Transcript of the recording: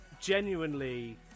genuinely